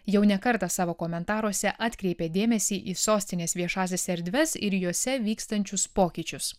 jau ne kartą savo komentaruose atkreipė dėmesį į sostinės viešąsias erdves ir jose vykstančius pokyčius